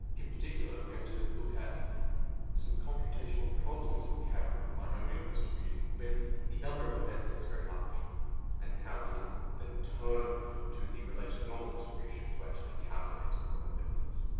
in particular, we're going to look at some computational problems that we have with the binomial distribution when the number of events is very large and how we can then turn to the related normal distribution to actually calculate some probabilities.